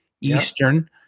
Eastern